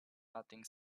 nothing